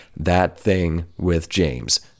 thatthingwithjames